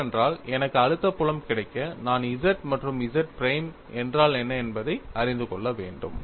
ஏனென்றால் எனக்கு அழுத்த புலம் கிடைக்க நான் Z மற்றும் Z பிரைம் என்றால் என்ன என்பதை அறிந்து கொள்ள வேண்டும்